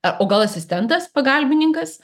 o gal asistentas pagalbininkas